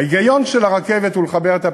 ההיגיון של הרכבת הוא לחבר את הפריפריה.